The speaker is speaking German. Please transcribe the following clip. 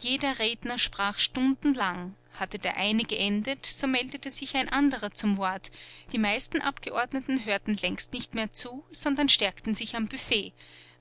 jeder redner sprach stundenlang hatte der eine geendet so meldete sich ein anderer zum wort die meisten abgeordneten hörten längst nicht mehr zu sondern stärkten sich am büfett